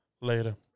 later